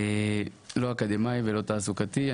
לא אקדמאי ולא תעסוקתי.